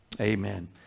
Amen